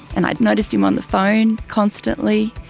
and i noticed him on the phone, constantly.